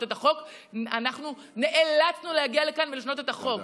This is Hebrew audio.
את החוק אנחנו נאלצנו להגיע לכאן ולשנות את החוק.